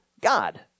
god